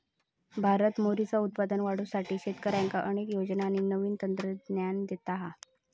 भारत मोहरीचा उत्पादन वाढवुसाठी शेतकऱ्यांका अनेक योजना आणि नवीन तंत्रज्ञान देता हा